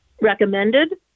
recommended